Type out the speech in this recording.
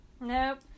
Nope